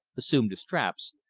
assumed the straps,